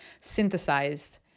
synthesized